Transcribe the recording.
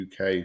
UK